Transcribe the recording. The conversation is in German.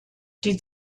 die